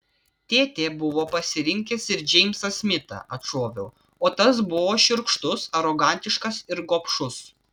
tėtė buvo pasirinkęs ir džeimsą smitą atšoviau o tas buvo šiurkštus arogantiškas ir gobšus